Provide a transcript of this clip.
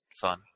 fun